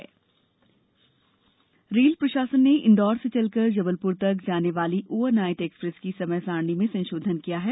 rail rail प्रशासन ने इंदौर से चलकर जबलपुर तक जाने वाली ओवर नाइट एक्सप्रेस की समय सारिणी में संशोधन किया है